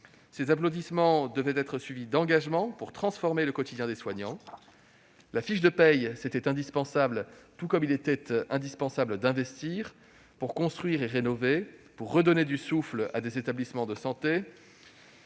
Ces applaudissements devaient être suivis d'engagements, pour transformer le quotidien des soignants. La fiche de paie, c'était indispensable, tout comme il était indispensable d'investir, pour construire et rénover, pour redonner du souffle à des établissements de santé